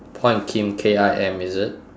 paul and kim K I M is it